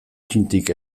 txintik